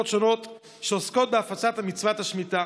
שונות שעוסקות בהפצת מצוות השמיטה,